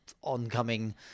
oncoming